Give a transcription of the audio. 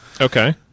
Okay